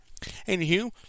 Anywho